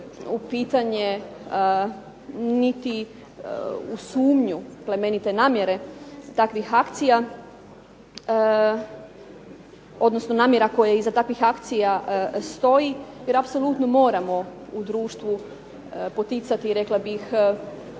u pitanje niti u sumnju plemenite namjere takvih akcija, odnosno namjera koje iza takvih akcija stoji jer apsolutno moramo u društvu poticati rekla bih